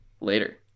later